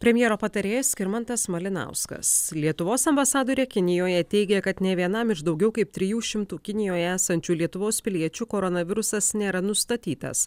premjero patarėjas skirmantas malinauskas lietuvos ambasadorė kinijoje teigia kad nė vienam iš daugiau kaip trijų šimtų kinijoj esančių lietuvos piliečių koronavirusas nėra nustatytas